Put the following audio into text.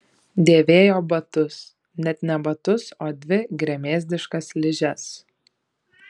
dėvėjo batus net ne batus o dvi gremėzdiškas ližes